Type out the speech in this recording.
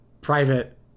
private